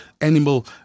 animal